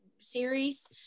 series